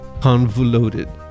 convoluted